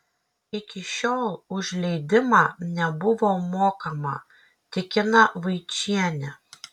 iki šiol už leidimą nebuvo mokama tikina vaičienė